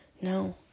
No